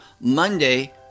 Monday